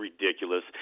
ridiculous